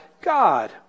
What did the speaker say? God